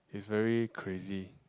it's very crazy